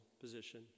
position